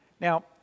Now